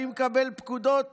אני מקבל פקודות